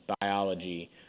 biology